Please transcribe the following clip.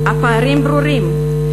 הפערים ברורים.